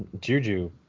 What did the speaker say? Juju